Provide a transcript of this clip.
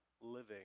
living